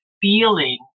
feeling